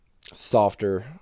softer